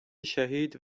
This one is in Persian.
شهید